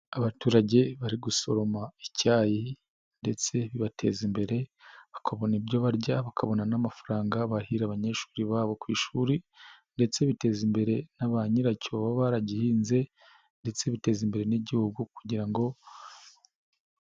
Abaturage bari gusoroma icyayi ndetse bibateza imbere, bakabona ibyo barya, bakabona n'amafaranga barihira abanyeshuri babo ku ishuri ndetse biteza imbere na bayiracyo baba baragihinze ndetse biteza imbere n'Igihugu kugira ngo.